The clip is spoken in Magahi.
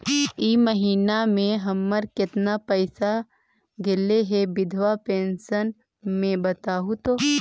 इ महिना मे हमर केतना पैसा ऐले हे बिधबा पेंसन के बताहु तो?